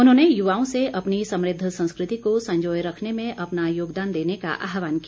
उन्होंने युवाओं से अपनी समृद्ध संस्कृति को संजोए रखने में अपना योगदान देने का आहवान किया